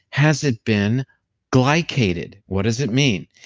has it been glycated? what does it mean?